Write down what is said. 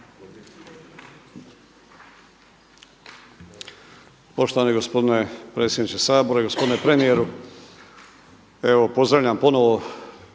Poštovani gospodine predsjedniče Sabora. Gospodine premijeru evo pozdravljam ponovo